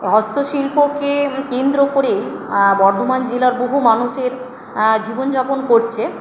হস্তশিল্পকে কেন্দ্র করেই বর্ধমান জেলার বহু মানুষের জীবনযাপন করছে